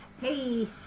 Hey